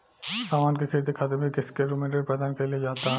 सामान के ख़रीदे खातिर भी किस्त के रूप में ऋण प्रदान कईल जाता